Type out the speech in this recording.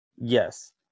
Yes